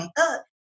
up